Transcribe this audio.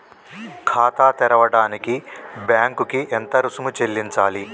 ఖాతా తెరవడానికి బ్యాంక్ కి ఎంత రుసుము చెల్లించాలి?